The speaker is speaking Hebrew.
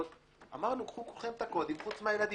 אמרנו, קחו כולכם את הקודים חוץ מהילדים.